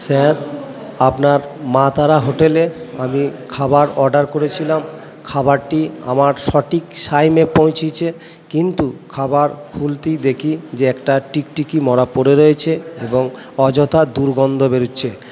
sir আপনার মা তারা হোটেলে আমি খাবার অর্ডার করেছিলাম খাবারটি আমার সঠিক টাইমে পোঁছেছে কিন্তু খাবার খুলতেই দেখি যে একটা টিকটিকি মরা পড়ে রয়েছে এবং অযথা দুর্গন্ধ বেরোচ্ছে